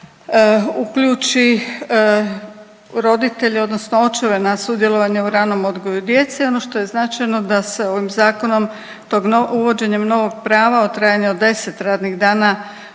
uključi roditelje odnosno očeve na sudjelovanje u ranom odgoju djece i ono što je značajno da se ovim zakonom tom, uvođenjem novog prava u trajanju od 10 radnih dana